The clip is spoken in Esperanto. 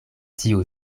tiu